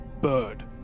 bird